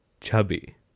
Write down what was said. chubby